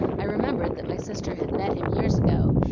i remembered that my sister had met him years ago,